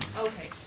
Okay